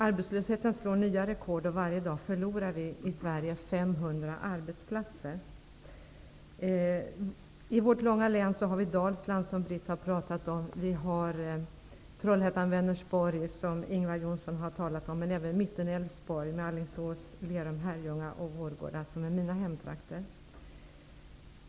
Arbetslösheten slår nya rekord, och varje dag förlorar vi i Sverige 500 arbetsplatser. I vårt långa län har vi Dalsland, som Britt Bohlin har pratat om, Trollhättan och Vänersborg, som Ingvar Johnsson har talat om, men även Mittenälvsborg med Alingsås, Lerum, Herrljunga och Vårgårda, som är mina hemtrakter.